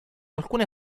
alcune